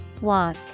Walk